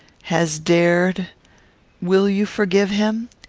has dared will you forgive him?